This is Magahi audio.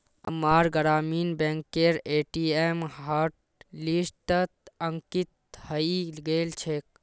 अम्मार ग्रामीण बैंकेर ए.टी.एम हॉटलिस्टत अंकित हइ गेल छेक